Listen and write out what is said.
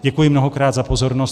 Děkuji mnohokrát za pozornost.